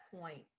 point